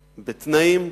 בתנאים: